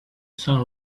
sun